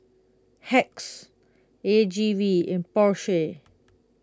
Hacks A G V and Porsche